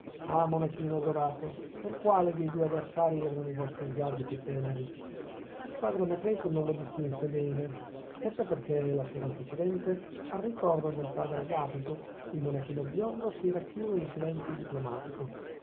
ah monachino adorato per quale dei due avversarii erano i vostri sguardi più teneri il padre anacleto non lo distinse bene forse perchè la sera antecedente al ricordo del padre agapito il monachino biondo si era chiuso in silenzio diplomatico